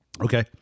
Okay